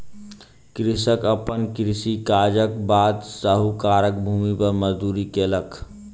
कृषक अपन कृषि काजक बाद साहूकारक भूमि पर मजदूरी केलक